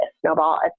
snowball